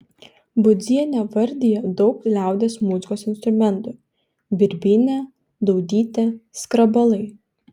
budzienė vardija daug liaudies muzikos instrumentų birbynė daudytė skrabalai